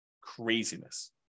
Craziness